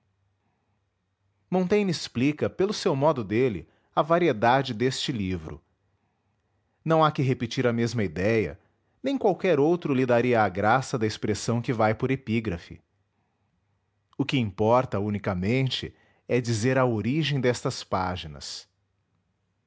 montaigne explica pelo seu modo dele a variedade deste livro não há que repetir a mesma idéia nem qualquer outro lhe daria a graça da expressão que vai por epígrafe o que importa unicamente é dizer a origem destas páginas